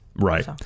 Right